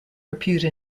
repute